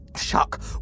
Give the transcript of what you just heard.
Shuck